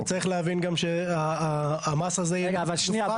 צריך להבין גם שהמסה --- רגע, אבל, שנייה.